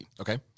Okay